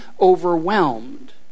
overwhelmed